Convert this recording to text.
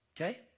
Okay